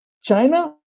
China